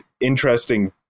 interesting